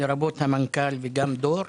לרבות המנכ"ל וגם דור,